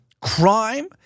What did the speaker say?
crime